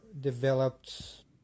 developed